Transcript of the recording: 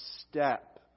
step